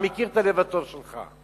אני מכיר את הלב הטוב שלך.